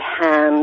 hand